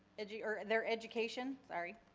and yeah or their education, sorry.